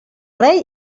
rei